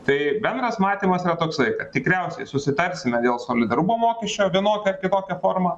tai bendras matymas yra toksai kad tikriausiai susitarsime dėl solidarumo mokesčio vienokia ar kitokia forma